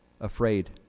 afraid